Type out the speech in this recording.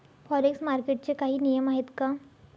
Forex मार्केटचे काही नियम आहेत का?